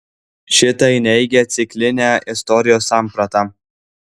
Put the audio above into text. šitai neigia ciklinę istorijos sampratą